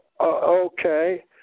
Okay